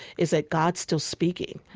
is that god's still speaking.